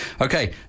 Okay